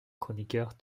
chroniqueur